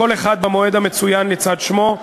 כל אחד במועד המצוין לצד שמו: